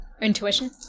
Intuition